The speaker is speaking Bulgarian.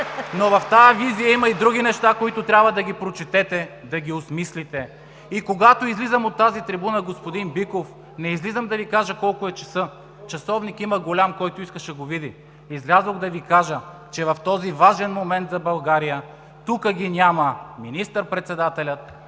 но в тази визия има и други неща, които трябва да прочетете, да ги осмислите. И когато излизам от тази трибуна, господин Биков, не излизам да Ви кажа колко е часът. Има голям часовник – който иска, ще го види. Излязох да Ви кажа, че в този важен момент за България тук ги няма министър-председателя,